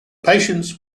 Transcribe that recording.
patients